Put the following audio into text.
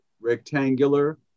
rectangular